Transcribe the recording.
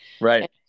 Right